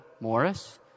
Morris